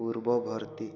ପୂର୍ବବର୍ତ୍ତୀ